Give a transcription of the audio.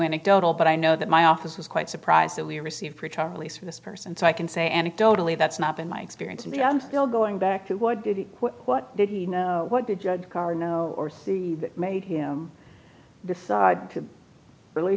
anecdotal but i know that my office was quite surprised that we received for charlie's for this person so i can say anecdotally that's not been my experience in the i'm still going back to what did what did he know what the judge karr know or see that made him decide to re